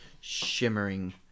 shimmering